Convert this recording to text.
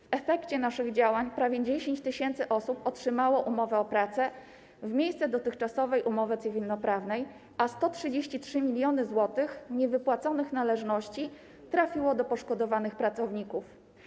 W efekcie naszych działań prawie 10 tys. osób otrzymało umowy o pracę w miejsce dotychczasowych umów cywilnoprawnych, a 133 mln zł niewypłaconych należności trafiło do poszkodowanych pracowników.